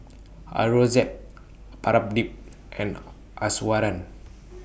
Aurangzeb Pradip and Iswaran